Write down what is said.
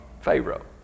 Pharaoh